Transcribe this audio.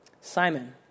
Simon